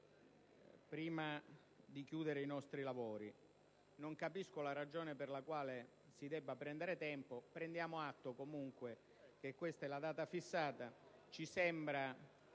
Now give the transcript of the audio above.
prima di concludere i nostri lavori. Non capisco la ragione per la quale si debba prendere tempo. Prendiamo atto comunque che questa è la data fissata, anche